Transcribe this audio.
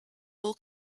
will